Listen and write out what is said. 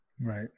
Right